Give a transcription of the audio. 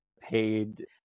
paid